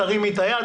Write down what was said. תרימי את היד,